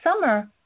summer